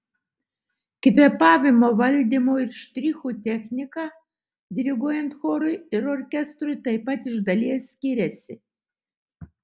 kvėpavimo valdymo ir štrichų technika diriguojant chorui ir orkestrui taip pat iš dalies skiriasi